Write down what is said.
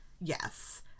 Yes